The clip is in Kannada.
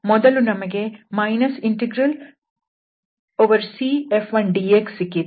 ಮೊದಲು ನಮಗೆ CF1dx ಸಿಕ್ಕಿತ್ತು